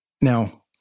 Now